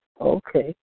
Okay